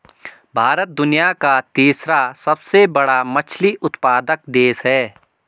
भारत दुनिया का तीसरा सबसे बड़ा मछली उत्पादक देश है